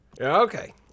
okay